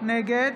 נגד